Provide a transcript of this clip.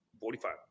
forty-five